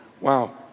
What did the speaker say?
wow